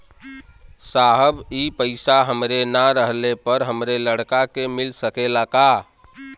साहब ए पैसा हमरे ना रहले पर हमरे लड़का के मिल सकेला का?